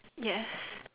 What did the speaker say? yes